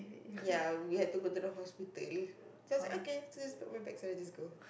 ya we had to go to the hospital just okay so pack my bag just go